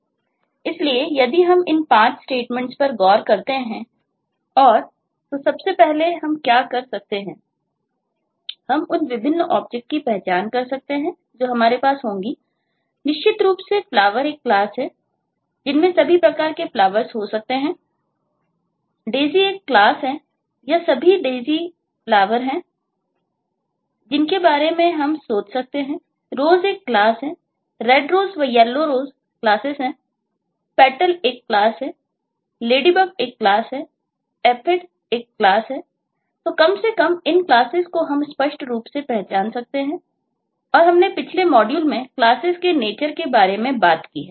इसलिए यदि हम इन 5 स्टेटमेंट्स के बारे में बात की है